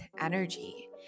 energy